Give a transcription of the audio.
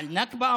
על נכבה,